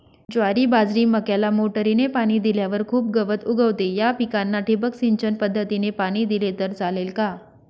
ज्वारी, बाजरी, मक्याला मोटरीने पाणी दिल्यावर खूप गवत उगवते, या पिकांना ठिबक सिंचन पद्धतीने पाणी दिले तर चालेल का?